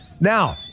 Now